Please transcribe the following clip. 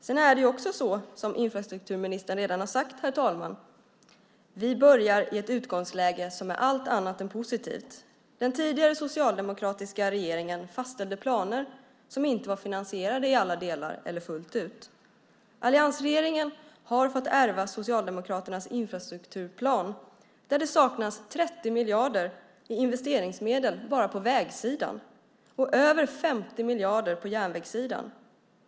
Det är också så, som infrastrukturministern redan har sagt, att vi börjar i ett utgångsläge som är allt annat än positivt. Den tidigare socialdemokratiska regeringen fastställde planer som inte var finansierade i alla delar eller fullt ut. Alliansregeringen har fått ärva Socialdemokraternas infrastrukturplan där det saknas 30 miljarder kronor i investeringsmedel bara på vägsidan och över 50 miljarder kronor på järnvägssidan.